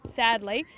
sadly